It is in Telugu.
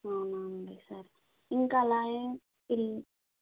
అవునా అండి సరే ఇంకా అలాయే పిల్